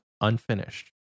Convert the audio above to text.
unfinished